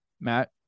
Matt